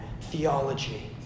theology